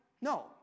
No